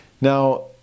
Now